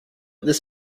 this